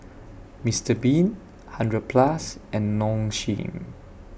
Mister Bean hundred Plus and Nong Shim